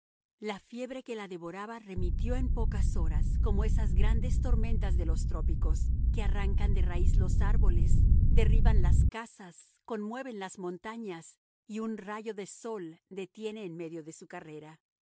la fiebre que la devoraba remitió en pocas horas como esas grandes tormentas de los trópicos que arrancan de raíz los árboles derriban las casas conmueven las montañas y un rayo de sol detiene en medio de su carrera